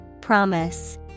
Promise